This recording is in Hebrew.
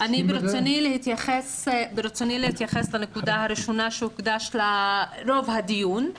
ברצוני להתייחס לנקודה הראשונה שהוקדש לה רוב הדיון.